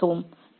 சரிபார்க்கவும்